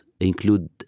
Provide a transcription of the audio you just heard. include